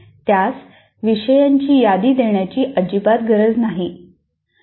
त्यास विषयांची यादी देण्याची अजिबात गरज नाही